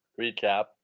recap